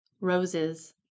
roses